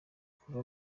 kuva